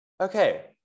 okay